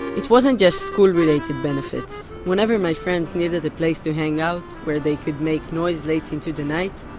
it wasn't just school-related benefits whenever my friends needed a place to hang out, where they could make noise late into the night,